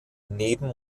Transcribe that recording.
neben